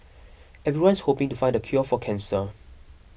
everyone's hoping to find the cure for cancer